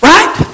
Right